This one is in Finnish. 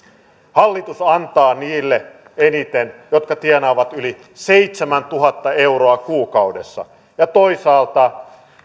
hallitus antaa niille eniten jotka tienaavat yli seitsemäntuhatta euroa kuukaudessa ja toisaalta